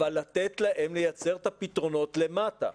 אבל כן לתת להם לייצר את הפתרונות למטה.